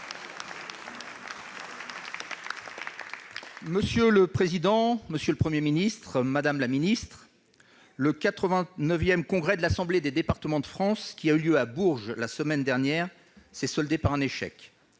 pour le groupe Union Centriste. Madame la ministre, le 89 congrès de l'Assemblée des départements de France, qui a eu lieu à Bourges la semaine dernière, s'est soldé par un échec.